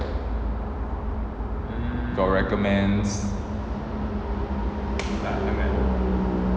got recommends